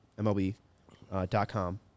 MLB.com